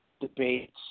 debates